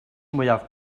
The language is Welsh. mwyaf